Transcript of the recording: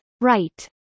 Right